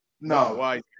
No